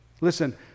Listen